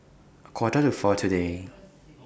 A Quarter to four today